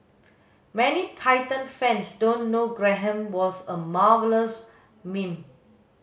many Python fans don't know Graham was a marvellous mime